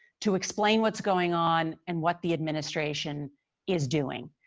to explain what's going on and what the administration is doing.